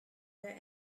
their